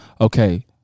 Okay